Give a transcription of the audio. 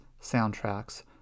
soundtracks